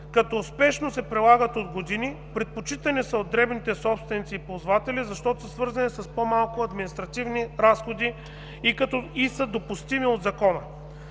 като успешно се прилагат от години, предпочитани са от дребните собственици и ползватели, защото са свързани с по-малко административни разходи и са допустими от Закона.